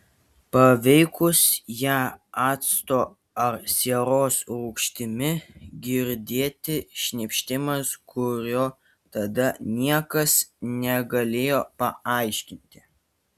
paveikus ją acto ar sieros rūgštimi girdėti šnypštimas kurio tada niekas negalėjo paaiškinti